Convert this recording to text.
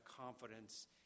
confidence